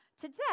Today